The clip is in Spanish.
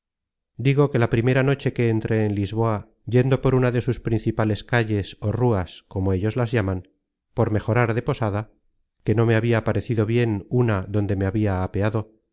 digo que la primera noche que entré en lisboa yendo por una de sus principales calles ó ruas como ellos las llaman por mejorar de posada que no me habia parecido bien una donde me habia